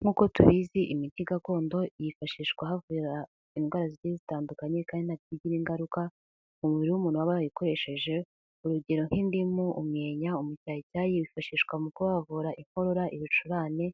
Nk'uko tubizi imiti gakondo yifashishwa havura indwara zigiye zitandukanye kandi ntabwo igira ingaruka ku mubiri w'umuntu waba yayikoresheje urugero: nk'indimu, umwenya umucyayicyayi bifashishwa mu kuvura inkorora, ibicurane